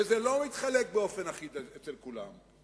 וזה לא מתחלק באופן אחיד אצל כולם,